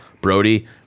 Brody